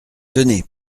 tenez